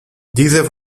dieser